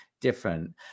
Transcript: different